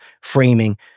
framing